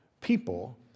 people